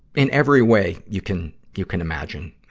in every way you can, you can imagine,